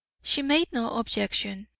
she made no objection.